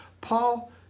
Paul